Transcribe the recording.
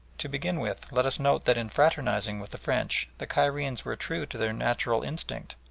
to begin with let us note that in fraternising with the french the cairenes were true to their natural instinct,